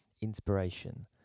inspiration